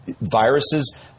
Viruses